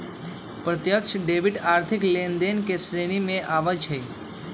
प्रत्यक्ष डेबिट आर्थिक लेनदेन के श्रेणी में आबइ छै